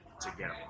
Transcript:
together